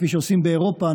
כפי שעושים באירופה,